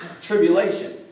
tribulation